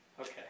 Okay